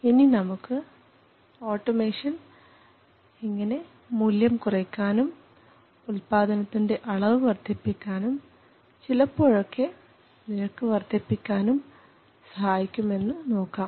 ഇനി നമുക്ക് ഓട്ടോമേഷൻ എങ്ങനെ മൂല്യം കുറയ്ക്കാനും ഉത്പാദനത്തിൻറെ അളവ് വർദ്ധിപ്പിക്കാനും ചിലപ്പോഴൊക്കെ നിരക്ക് വർദ്ധിപ്പിക്കാനും സഹായിക്കുമെന്ന് നോക്കാം